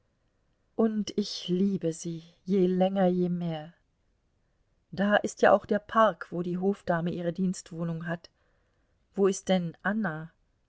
und ich liebe sie je länger je mehr da ist ja auch der park wo die hofdame ihre dienstwohnung hat wo ist denn anna